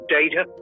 data